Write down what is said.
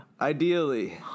ideally